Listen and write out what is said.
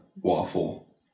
waffle